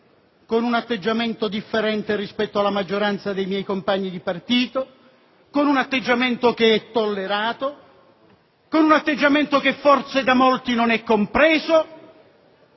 con un atteggiamento differente rispetto alla maggioranza dei miei compagni di partito, con un atteggiamento che è tollerato, con un atteggiamento che forse da molti non è compreso,